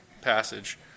passage